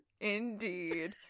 indeed